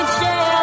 share